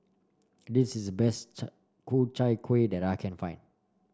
this is the best Ku Chai Kuih that I can find